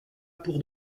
pour